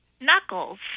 Knuckles